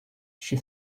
she